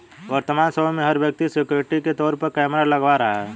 वर्तमान समय में, हर व्यक्ति सिक्योरिटी के तौर पर कैमरा लगवा रहा है